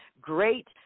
great